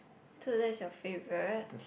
to that's your favourite